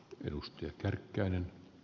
arvoisa puhemies